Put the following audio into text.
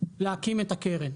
להקים את הקרן,